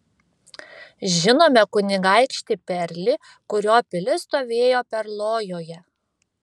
žinome kunigaikštį perlį kurio pilis stovėjo perlojoje